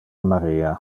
maria